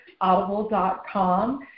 audible.com